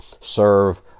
serve